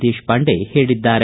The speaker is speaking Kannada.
ದೇಶಪಾಂಡೆ ಹೇಳಿದ್ದಾರೆ